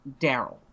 Daryl